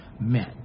men